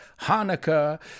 Hanukkah